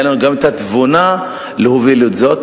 תהיה לנו גם התבונה להוביל את זה,